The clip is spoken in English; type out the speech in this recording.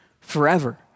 forever